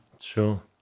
Sure